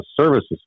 services